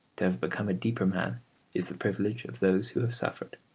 to have become a deeper man is the privilege of those who have suffered.